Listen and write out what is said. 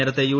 നേരത്തെ യു